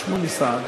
לרשותך.